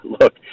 look